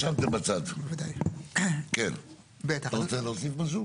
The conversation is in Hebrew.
אתה רוצה להוסיף משהו?